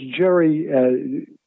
Jerry